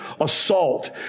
assault